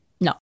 No